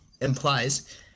implies